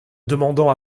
demandant